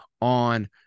on